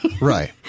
Right